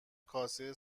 کاسه